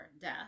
death